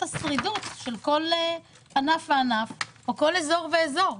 השרידות של כל ענף וענף או כל אזור ואזור.